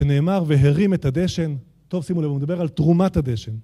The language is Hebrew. נאמר והרים את הדשן, טוב שימו לב הוא מדבר על תרומת הדשן